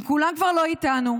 הם כולם כבר לא איתנו,